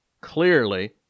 clearly